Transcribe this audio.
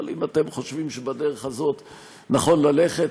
אבל אם אתם חושבים שבדרך הזאת נכון ללכת,